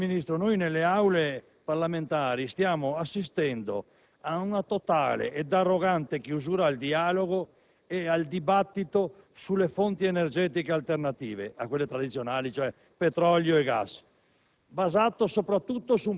Vede, signor Ministro, nelle Aule parlamentari stiamo assistendo ad una totale ed arrogante chiusura al dialogo e al dibattito sulle fonti energetiche alternative a quelle tradizionali (vale a dire petrolio e gas),